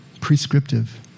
prescriptive